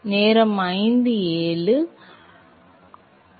மாணவர் பெரியது